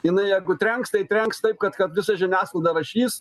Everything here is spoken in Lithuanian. jinai jeigu trenks tai trenks taip kad kad visa žiniasklaida rašys